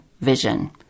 vision